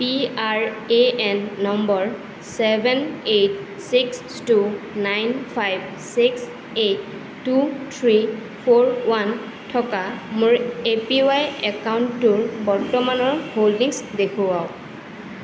P R A N number seven eight six two nine five six eight two three four one থকা মোৰ A P Y একাউণ্টটোৰ বৰ্তমানৰ holdings দেখুৱাওক